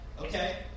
Okay